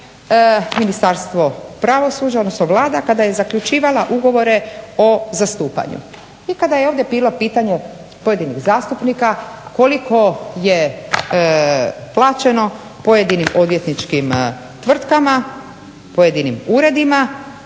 Ministarstvo pravosuđa, odnosno Vlada kada je zaključivala ugovore o zastupanju i kada je ovdje bilo pitanje pojedinih zastupnika koliko je plaćeno pojedinim odvjetničkim tvrtkama, pojedinim uredima.